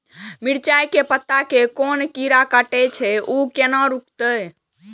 मिरचाय के पत्ता के कोन कीरा कटे छे ऊ केना रुकते?